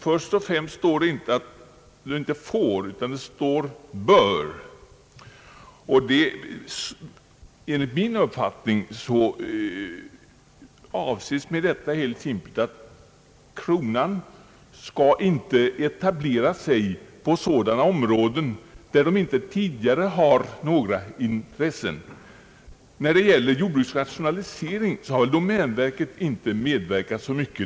Först och främst står det inte »får» utan »bör». Enligt min uppfattning avses med detta helt enkelt att kronan inte skall etablera sig på sådana områden där den inte tidigare har några markintressen. I fråga om jordbrukets rationalisering har väl domänverket inte medverkat så mycket.